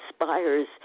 inspires